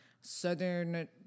southern